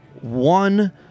one